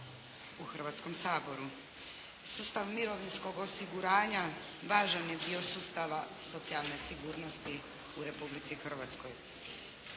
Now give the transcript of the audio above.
u Hrvatskom saboru. Sustav mirovinskog osiguranja važan je dio sustava socijalne sigurnosti u Republici Hrvatskoj.